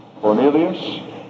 Cornelius